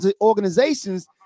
organizations